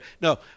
No